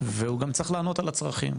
והוא גם צריך לענות על הצרכים.